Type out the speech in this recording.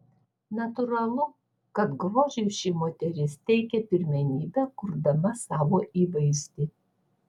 natūralu kad grožiui ši moteris teikia pirmenybę kurdama savo įvaizdį